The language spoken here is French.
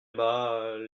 bah